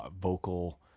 vocal